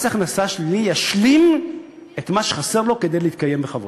מס הכנסה שלילי ישלים את מה שחסר לו כדי להתקיים בכבוד.